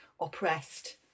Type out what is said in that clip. oppressed